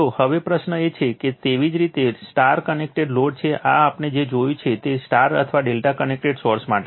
તો હવે પ્રશ્ન એ છે કે તેવી જ રીતે Y કનેક્ટેડ લોડ છે આ આપણે જે જોયું તે Y અથવા ∆ કનેક્ટેડ સોર્સ માટે છે